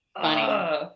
funny